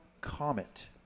Comet